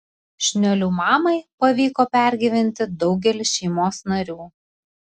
šniuolių mamai pavyko pergyventi daugelį šeimos narių